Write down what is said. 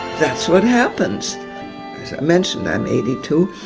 that's what happens. as i mentioned, i'm eighty two,